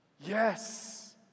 Yes